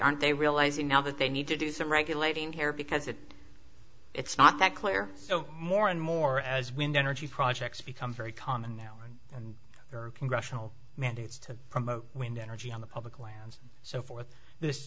aren't they realizing now that they need to do some regulating here because if it's not that clear so more and more as wind energy projects become very common now and there are congressional mandates to promote wind energy on the public lands so forth this